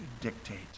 dictate